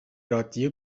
رادیو